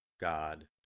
God